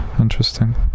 Interesting